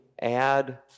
add